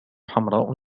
حمراء